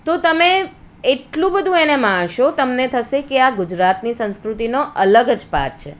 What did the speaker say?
તો તમે એટલું બધું એને માણશો તમને થશે કે આ ગુજરાતની સંસ્કૃતિનો અલગ જ પાટ છે